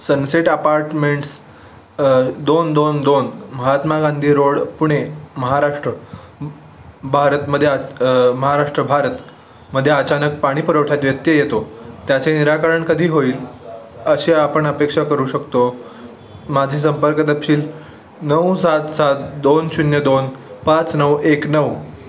sunset apartments दोन दोन दोन महात्मा गांधी रोड पुणे महाराष्ट्र भारतमध्ये आ महाराष्ट्र भारतमध्ये अचानक पाणी पुरवठ्यात व्यत्यय येतो त्याचे निराकरण कधी होईल असे आपण अपेक्षा करू शकतो माझी संपर्क तपशील नऊ सात सात दोन शून्य दोन पाच नऊ एक नऊ